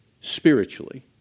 spiritually